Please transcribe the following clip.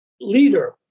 leader